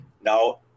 Now